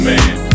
Man